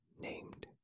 named